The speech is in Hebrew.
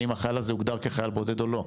האם החייל הזה הוגדר כחייל בודד או לא?